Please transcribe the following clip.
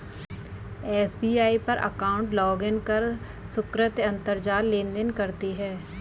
SBI पर account login कर सुकृति अंतरजाल लेनदेन करती है